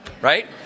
right